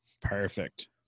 Perfect